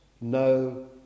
no